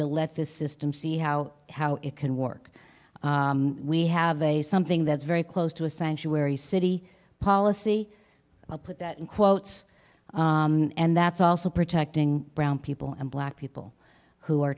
to let the system see how how it can work we have a something that's very close to a sanctuary city policy i'll put that in quotes and that's also protecting brown people and black people who are